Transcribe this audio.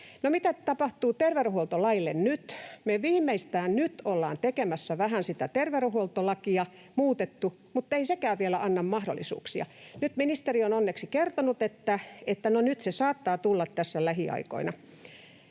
Mitä tapahtuu terveydenhuoltolaille nyt? Me viimeistään nyt ollaan muutettu vähän sitä terveydenhuoltolakia, mutta ei sekään vielä anna mahdollisuuksia. Nyt ministeri on onneksi kertonut, että nyt tämäkin saattaa tulla tässä lähiaikoina